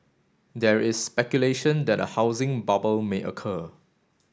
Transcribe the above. there is speculation that a housing bubble may occur